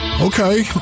Okay